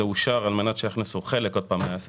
זה אושר על מנת שיחזירו חלק מהאסירים.